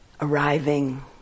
arriving